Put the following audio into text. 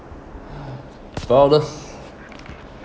proudest